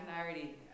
already